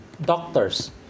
doctors